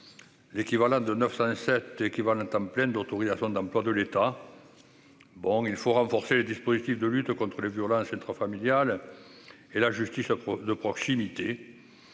prévoit 907 équivalents temps plein d'autorisations d'emplois de l'État pour renforcer les dispositifs de lutte contre les violences intrafamiliales et la justice de proximité.